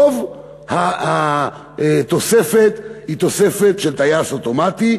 רוב התוספת היא תוספת של טייס אוטומטי,